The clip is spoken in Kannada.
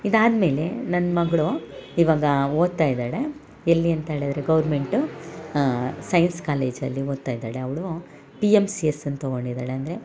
ಇದಾದ ಮೇಲೆ ನನ್ನ ಮಗಳು ಇವಾಗ ಓದ್ತಾ ಇದ್ದಾಳೆ ಎಲ್ಲಿ ಅಂತ ಹೇಳದ್ರೆ ಗೌರ್ಮೆಂಟು ಸೈನ್ಸ್ ಕಾಲೇಜಲ್ಲಿ ಓದ್ತಾ ಇದ್ದಾಳೆ ಅವಳು ಪಿ ಎಮ್ ಸಿ ಎಸ್ ಅನ್ನು ತಗೊಂಡಿದ್ದಾಳೆ ಅಂದರೆ